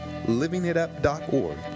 livingitup.org